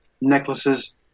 necklaces